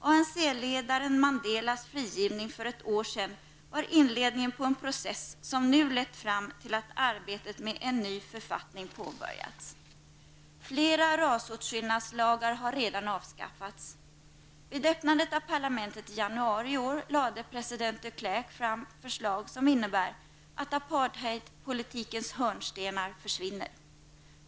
ANC-ledaren Mandelas frigivning för ett år sedan var inledningen på en process som nu lett fram till att arbetet med en ny författning påbörjats. Flera rasåtskillnadslagar har redan avskaffats. Vid öppnandet av parlamentet i januari i år lade president de Klerk fram förslag som innbär att apartheidpolitikens hörnstenar försvinner.